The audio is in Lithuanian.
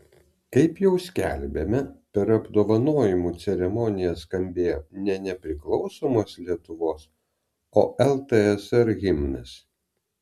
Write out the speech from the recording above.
kaip jau skelbėme per apdovanojimų ceremoniją skambėjo ne nepriklausomos lietuvos o ltsr himnas